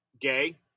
gay